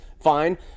fine